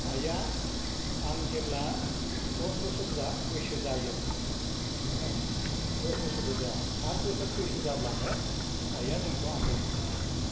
आइआ आं जेब्ला दस बोसोर जा बैसो जायो ओहो दस बोसोरबो जायाखै आठ बोसोर बैसो जाब्लानो आइआ जोंखौ आनज्रायनानै थांदों